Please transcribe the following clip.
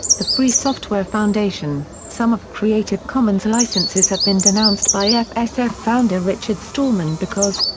the free software foundation some of creative commons licenses have been denounced by fsf founder richard stallman because,